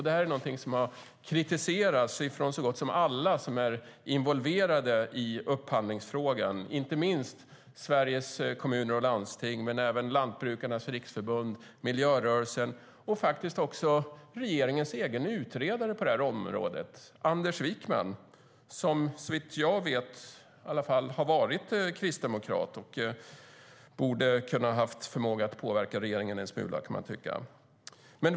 Det är något som har kritiserats av så gott som alla som är involverade i upphandlingsfrågan, inte minst Sveriges Kommuner och Landsting men även Lantbrukarnas Riksförbund, miljörörelsen och faktiskt också regeringens egen utredare på området, Anders Wijkman, som såvitt jag vet i alla fall har varit kristdemokrat och borde ha haft förmåga att påverka regeringen en smula, kan man tycka.